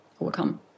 overcome